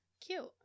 Cute